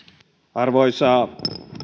arvoisa